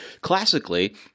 classically